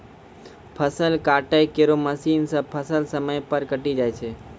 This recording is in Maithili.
फसल काटै केरो मसीन सें फसल समय पर कटी जाय छै